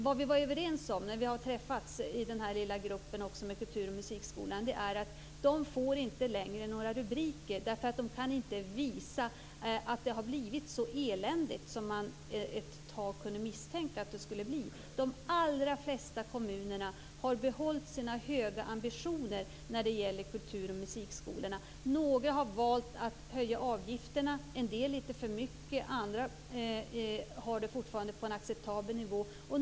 Vi har också varit överens, när vi har träffats i den lilla gruppen med kultur och musikskolan, om att man inte får några rubriker därför att man inte kan visa att det har blivit så eländigt som vi ett tag kunde misstänka att det skulle bli. De allra flesta kommuner har behållit sina höga ambitioner när det gäller kulturoch musikskolorna. Några har valt att höja avgifterna. En del har höjt litet för mycket, andra har fortfarande en acceptabel nivå.